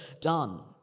done